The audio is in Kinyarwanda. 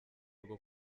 rwo